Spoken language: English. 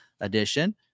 Edition